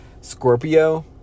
Scorpio